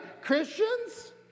Christians